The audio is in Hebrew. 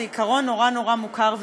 זה עיקרון נורא נורא מוכר וידוע.